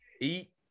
eat